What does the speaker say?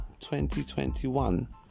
2021